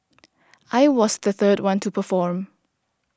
I was the third one to perform